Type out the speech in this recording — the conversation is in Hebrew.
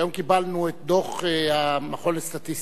שהיום קיבלנו את דוח המכון לסטטיסטיקה,